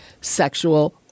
sexual